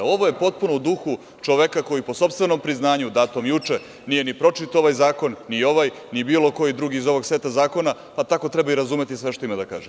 Ovo je potpuno u duhu čoveka koji, po sopstvenom priznanju datom juče, nije ni pročitao ovaj zakon ni ovaj ni bilo koji drugi iz ovog seta zakona, pa tako treba i razumeti sve što ima da kaže.